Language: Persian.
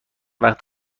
وقت